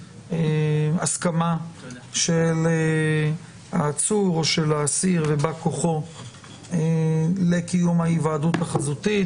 ההסכמה של העצור או של האסיר ובא כוחו לקיום ההיוועדות החזותית,